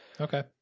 Okay